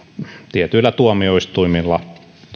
tietyillä tuomioistuimilla